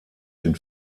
den